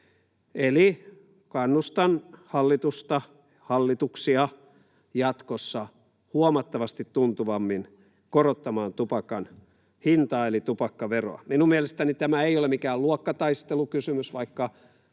hallitusta — hallituksia — jatkossa huomattavasti tuntuvammin korottamaan tupakan hintaa eli tupakkaveroa. Minun mielestäni tämä ei ole mikään luokkataistelukysymys, vaikka